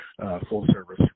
full-service